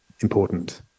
Important